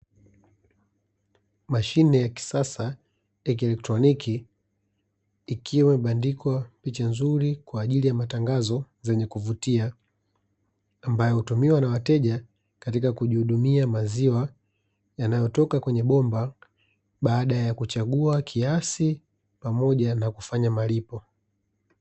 Mashine ya kisasa ya kielektroniki ikiwa imebandikwa picha nzuri kwa ajili ya matangazo zenye kuvutia ambayo hutumiwa na wateja katika kujihudumia maziwa yanayotoka kwenye bomba baada ya kuchagua kiasi pamoja na kufanya malipo .